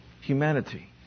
humanity